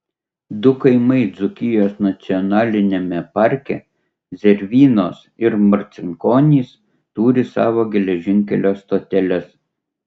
du kaimai dzūkijos nacionaliniame parke zervynos ir marcinkonys turi savo geležinkelio stoteles